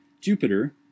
jupiter